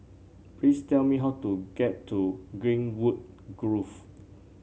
please tell me how to get to Greenwood Grove